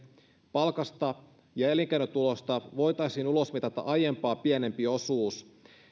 palkasta ja elinkeinotulosta voitaisiin ulosmitata aiempaa pienempi osuus